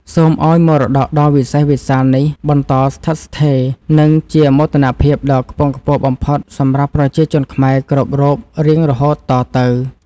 សូមឱ្យមរតកដ៏វិសេសវិសាលនេះបន្តស្ថិតស្ថេរ និង ជាមោទនភាពដ៏ខ្ពង់ខ្ពស់បំផុតសម្រាប់ប្រជាជនខ្មែរគ្រប់រូបរៀងរហូតតទៅ។